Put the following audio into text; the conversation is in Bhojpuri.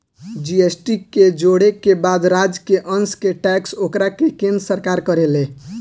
जी.एस.टी के जोड़े के बाद राज्य के अंस के टैक्स ओकरा के केन्द्र सरकार करेले